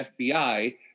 fbi